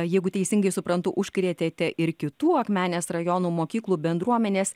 jeigu teisingai suprantu užkrėtėte ir kitų akmenės rajono mokyklų bendruomenes